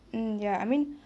mm ya I mean